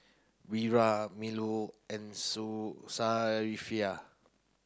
Wira Melur and Su Safiya